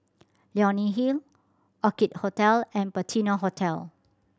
Leonie Hill Orchid Hotel and Patina Hotel